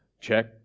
check